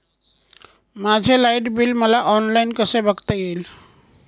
माझे light bill मला online कसे बघता येईल?